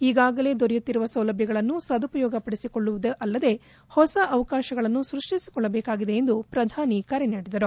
ಈಗಾಗಲೇ ದೊರೆಯುತ್ತಿರುವ ಸೌಲಭ್ಯಗಳನ್ನು ಸದುಪಯೋಗ ಪಡಿಸಿಕೊಳ್ಳುವುದು ಅಲ್ಲದೇ ಹೊಸ ಅವಕಾಶಗಳನ್ನು ಸ್ಪಷ್ಸಿಸಿಕೊಳ್ಳಬೇಕಾಗಿದೆ ಎಂದು ಪ್ರಧಾನಿ ಕರೆ ನೀಡಿದರು